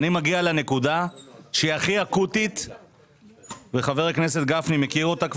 אני מגיע לנקודה שהיא הכי אקוטית וחבר הכנסת גפני מכיר אותה,